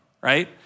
right